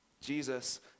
Jesus